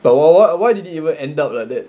but why why why did it even end up like that